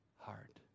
heart